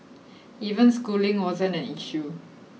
even schooling wasn't an issue